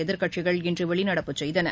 எதிர்கட்சிகள் இன்று வெளிநடப்பு செய்தன